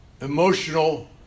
emotional